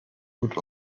gut